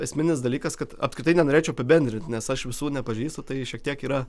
esminis dalykas kad apskritai nenorėčiau apibendrint nes aš visų nepažįstu tai šiek tiek yra